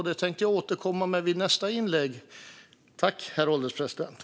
Det tänker jag återkomma till i min nästa replik.